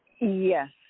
Yes